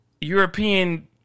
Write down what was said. European